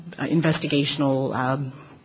investigational